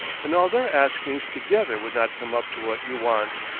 and all their askings together would not come up to what you want.